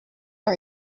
are